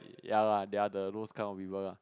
ya lah they are the those kind of people lah